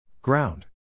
Ground